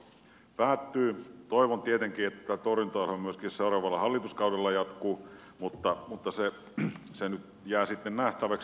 toivon tietenkin että torjuntaohjelma myöskin seuraavalla hallituskaudella jatkuu mutta se nyt jää sitten nähtäväksi